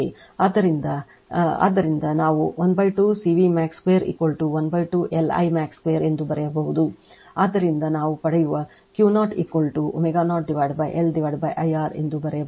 ಆದ್ದರಿಂದ ಅದರಿಂದ ನಾವು 12 CV max 2 12 LI max 2 ಎಂದು ಬರೆಯಬಹುದು ಅದರಿಂದ ನಾವು ಪಡೆಯುವ Q0 ಅನ್ನು ω0 L IR ಎಂದು ಬರೆಯಬಹುದು ಅದು 1 ω0 CR ಆಗಿದೆ